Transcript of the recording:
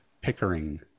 Pickering